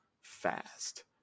Fast